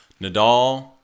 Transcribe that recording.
Nadal